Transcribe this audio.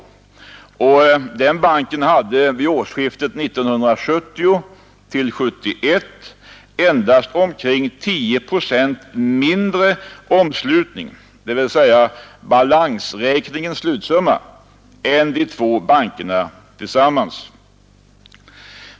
Låt mig t.ex. peka på att balansräkningens slutsumma för denna bank vid årsskiftet 1970-1971 endast var omkring 10 procent mindre än för de två andra bankerna tillsammans.